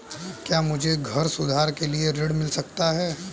क्या मुझे घर सुधार के लिए ऋण मिल सकता है?